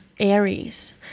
Aries